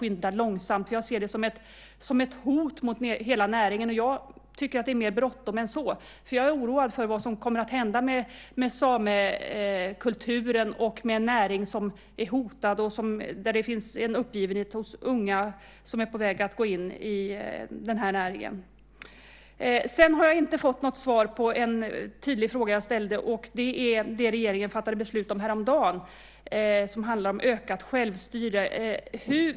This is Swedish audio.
Jag ser det som ett hot mot hela näringen. Jag tycker att det är mer bråttom än så. Jag är oroad för vad som kommer att hända med samekulturen och med en näring som är hotad. Det finns en uppgivenhet hos de unga som är på väg att gå in i den här näringen. Sedan har jag inte fått något svar på en tydlig fråga jag ställde. Det gäller det som regeringen fattade beslut om häromdagen om ökat självstyre.